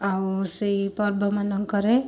ଆଉ ସେଇ ପର୍ବ ମାନଙ୍କରେ